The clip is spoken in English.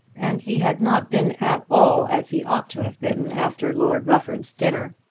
and he had not been at all as he ought to have been after lord rufford's dinner.